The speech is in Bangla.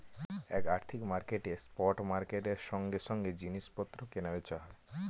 এক আর্থিক মার্কেটে স্পট মার্কেটের সঙ্গে সঙ্গে জিনিস পত্র কেনা বেচা হয়